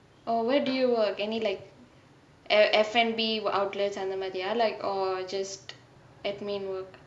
oh where do you work any like err F&B outlets அந்த மாரியா:antha maariyaa like or just administrative work